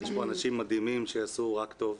יש פה אנשים מדהימים שיעשו רק טוב.